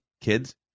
kids